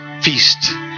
feast